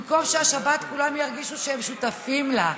במקום שהשבת, כולם ירגישו שהם שותפים לה,